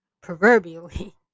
proverbially